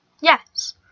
Yes